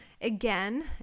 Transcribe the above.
again